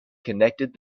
connected